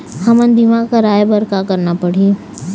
हमन बीमा कराये बर का करना पड़ही?